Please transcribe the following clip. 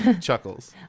Chuckles